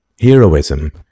Heroism